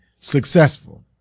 successful